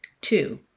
Two